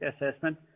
assessment